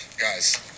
guys